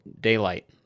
daylight